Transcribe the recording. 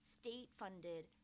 state-funded